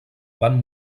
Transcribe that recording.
van